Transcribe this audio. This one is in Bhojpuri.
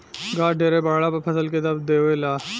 घास ढेरे बढ़ला पर फसल के दाब देवे ला